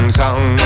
song